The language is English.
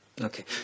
Okay